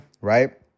Right